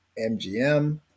MGM